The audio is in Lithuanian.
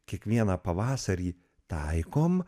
kiekvieną pavasarį taikom